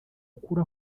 ukura